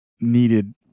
needed